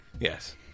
Yes